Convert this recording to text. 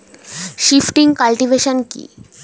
Shifting cultivation কি?